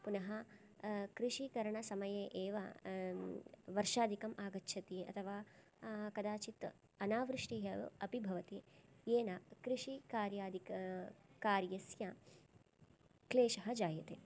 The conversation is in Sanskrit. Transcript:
पुनः कृषिकरणसमये एव वर्षादिकम् आगच्छति अथवा कदाचित् अनावृष्टिः अपि भवति येन कृषिकार्यादिक कार्यस्य क्लेशः जायते